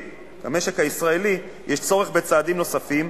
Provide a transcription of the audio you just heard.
כמשק הישראלי יש צורך בצעדים נוספים,